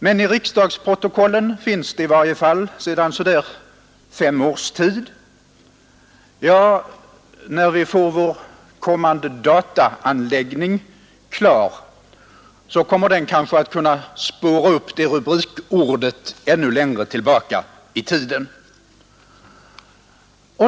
Men i riksdagsprotokollen finns det i varje fall sedan så där fem års tid — ja, när vi får vår kommande dataanläggning klar kommer den kanske att kunna spåra upp det rubrikordet ännu längre tillbaka i tiden.